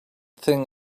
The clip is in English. thing